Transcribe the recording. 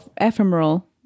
ephemeral